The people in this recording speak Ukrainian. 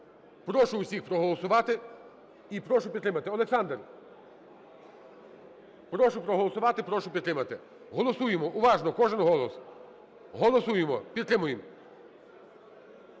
Прошу усіх проголосувати і прошу підтримати. Олександр! Прошу проголосувати і прошу підтримати. Голосуємо уважно, кожен голос. Голосуємо, підтримуємо.